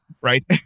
Right